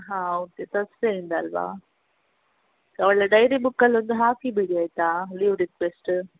ಹಾಂ okay Thursday ಇಂದ ಅಲ್ಲವಾ ಅವಳ ಡೈರಿ ಬುಕ್ಕಲ್ಲೊಂದು ಹಾಕಿ ಬಿಡಿ ಆಯಿತಾ ಲೀವ್ ರಿಕ್ವೆಸ್ಟ್